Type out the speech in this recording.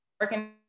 working